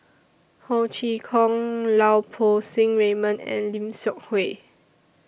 Ho Chee Kong Lau Poo Seng Raymond and Lim Seok Hui